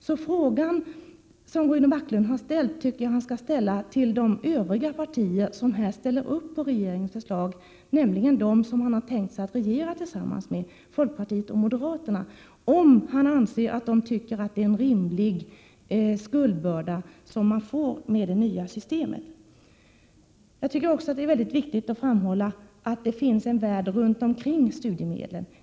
Så frågan som Rune Backlund har ställt tycker jag att han skall ställa till de Övriga partier som här ställer upp på regeringens förslag, nämligen dem som han har tänkt sig att regera tillsammans med. Fråga folkpartiet och moderaterna om de anser att det är en rimlig skuldbörda som man får med det nya systemet. Jag tycker också att det är väldigt viktigt att framhålla att det finns en värld runt omkring studiemedlen.